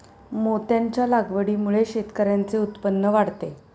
मोत्यांच्या लागवडीमुळे शेतकऱ्यांचे उत्पन्न वाढते